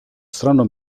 strano